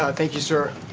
ah thank you, sir.